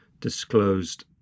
disclosed